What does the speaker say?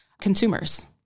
consumers